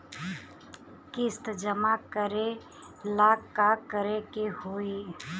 किस्त जमा करे ला का करे के होई?